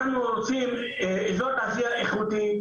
אנחנו רוצים אזור תעשייה איכותי,